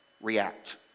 react